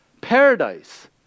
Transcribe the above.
Paradise